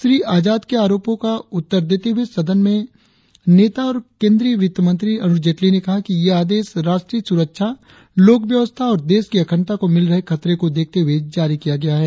श्री आजाद के आरोपो का उत्तर देते हुए सदम के नेता और केंद्रीय वित्तमंत्री अरुण जेटली ने कहा कि ये आदेश राष्ट्रीय सुरक्षा लोक व्यवस्था और देश की अखंडता को मिल रहे खतरे को देखते हुए जारी किया गया है